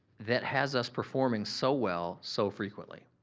that has us performing so well so frequently?